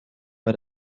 war